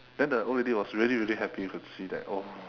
then the old lady was really really happy to see that oh